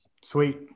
Sweet